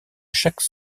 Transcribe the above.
chaque